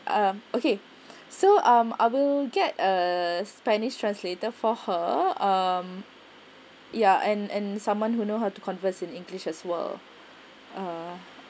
um okay so um I will get a spanish translator for her um ya and and someone who know how to converse in english as well